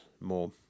more